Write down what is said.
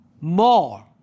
more